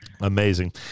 Amazing